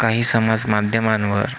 काही समाज माध्यमांवर